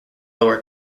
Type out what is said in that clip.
lower